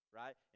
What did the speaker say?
right